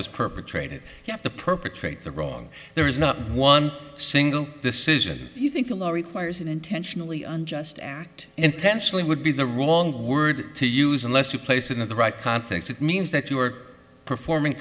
was perpetrated you have to perpetrate the wrong there is not one single decision you think the law requires and intentionally unjust act intentionally would be the wrong word to use unless you place it in the right context it means that you are performing